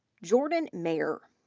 jordan mayer.